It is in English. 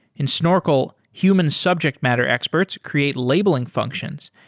in snorkel, human subject matter experts create labeling functions,